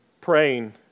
praying